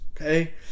okay